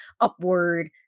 upward –